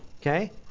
Okay